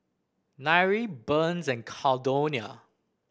Nyree Burns and Caldonia